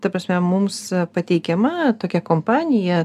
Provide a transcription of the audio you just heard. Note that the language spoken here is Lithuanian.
ta prasme mums pateikiama tokia kompanija